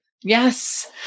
yes